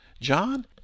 John